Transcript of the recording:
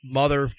mother